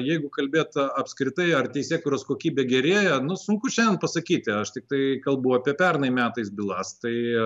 jeigu kalbėt apskritai ar teisėkūros kokybė gerėja nu sunku šiandien pasakyti aš tiktai kalbu apie pernai metais bylas tai